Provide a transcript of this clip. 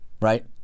right